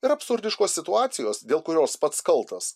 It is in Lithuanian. ir absurdiškos situacijos dėl kurios pats kaltas